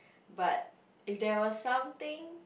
but if there was something